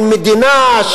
של מדינה,